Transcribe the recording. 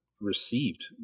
received